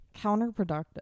counterproductive